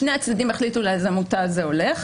שני הצדדים החליטו לאיזו עמותה זה הולך,